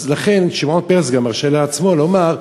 אז לכן שמעון פרס גם מרשה לעצמו לומר: